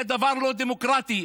זה דבר לא דמוקרטי.